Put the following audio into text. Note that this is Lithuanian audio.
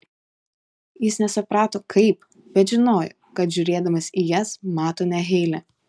jis nesuprato kaip bet žinojo kad žiūrėdamas į jas mato ne heilę